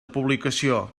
publicació